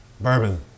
Bourbon